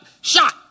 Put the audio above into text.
shot